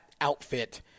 outfit